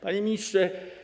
Panie Ministrze!